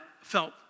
felt